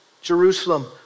Jerusalem